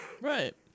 Right